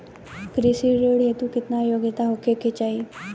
कृषि ऋण हेतू केतना योग्यता होखे के चाहीं?